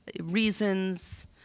reasons